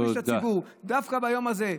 תכפיש את הציבור, דווקא ביום הזה?